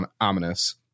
ominous